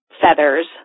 feathers